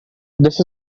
this